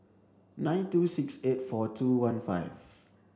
nine two six eight four two one five